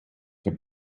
che